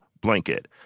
blanket